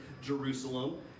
Jerusalem